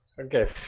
okay